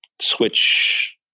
switch –